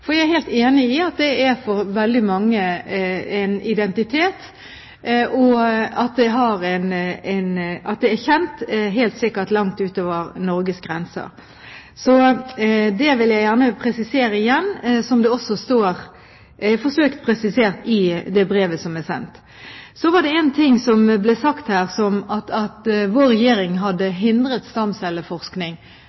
For jeg er helt enig i at det for veldig mange er en identitet, og at det helt sikkert er kjent langt ut over Norges grenser. Det vil jeg gjerne presisere igjen, som det også er forsøkt presisert i brevet som er sendt. Det ble sagt her at vår regjering hadde